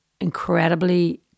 incredibly